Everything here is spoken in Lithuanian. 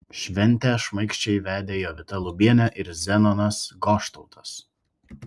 šventę šmaikščiai vedė jovita lubienė ir zenonas goštautas